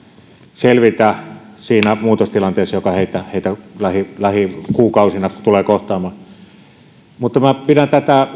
selvitä siinä muutostilanteessa joka heitä heitä lähikuukausina tulee kohtaamaan minä pidän tätä